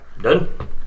Done